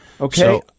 Okay